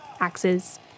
axes